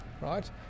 right